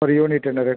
ஒரு யூனிட் என்ன ரேட்